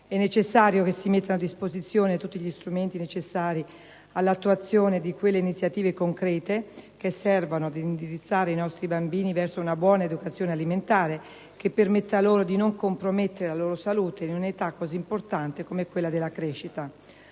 È essenziale che si mettano a disposizione tutti gli strumenti necessari all'attuazione di quelle iniziative concrete che servono ad indirizzare i nostri bambini verso una buona educazione alimentare che permetta loro di non compromettere la salute in un'età così importante come quella della crescita.